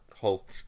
Hulk